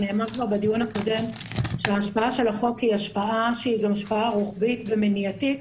נאמר כבר בדיון הקודם שההשפעה של החוק היא גם השפעה רוחבית ומניעתית,